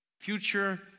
future